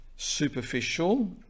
superficial